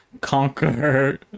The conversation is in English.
conquer